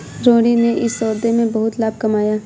रोहिणी ने इस सौदे में बहुत लाभ कमाया